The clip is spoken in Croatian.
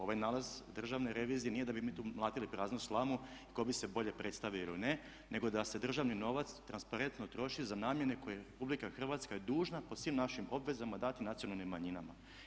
Ovaj nalaz Državne revizije nije da bi mi tu mlatili praznu slamu i tko bi se bolje predstavio ili ne nego da se državni novac transparentno troši za namjene koje je RH dužna po svim našim obvezama dati nacionalnim manjinama.